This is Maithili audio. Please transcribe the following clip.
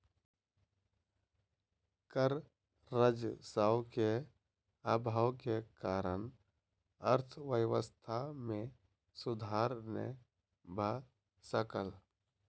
कर राजस्व के अभाव के कारण अर्थव्यवस्था मे सुधार नै भ सकल